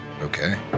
Okay